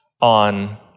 on